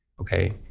Okay